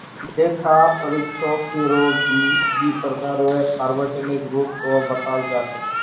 लेखा परीक्षकेरो भी दी प्रकार सार्वजनिक रूप स बताल जा छेक